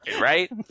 right